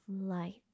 light